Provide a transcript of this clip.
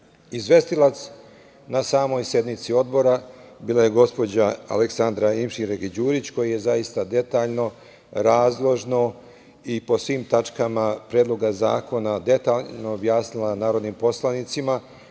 Izvestilac na samoj sednici Odbora bila je gospođa Aleksandra Imširagić Đurić, koja je zaista detaljno, razložno i po svim tačkama Predloga zakona detaljno objasnila narodnim poslanicima,